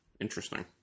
Interesting